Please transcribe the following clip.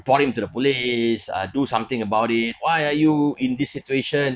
report him to the police uh do something about it why are you in this situation